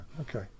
Okay